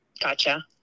Gotcha